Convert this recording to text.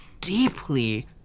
deeply